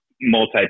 multi